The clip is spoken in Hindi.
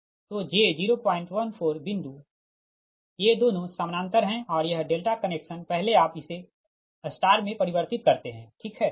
तो j 014 बिंदु ये दोनों समानांतर है और यह डेल्टा कनेक्शन पहले आप इसे स्टार मे परिवर्तित करते है ठीक है